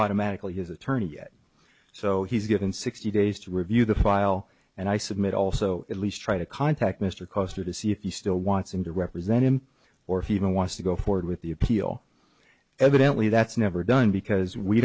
automatically his attorney yet so he's given sixty days to review the file and i submit also at least try to contact mr coster to see if he still wants him to represent him or if he even wants to go forward with the appeal evidently that's never done because we